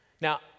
Now